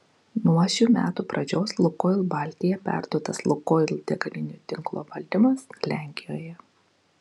nuo šių metų pradžios lukoil baltija perduotas lukoil degalinių tinklo valdymas lenkijoje